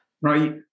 right